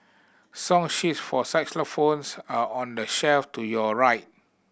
song sheets for xylophones are on the shelf to your right